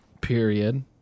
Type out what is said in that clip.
period